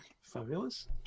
Fabulous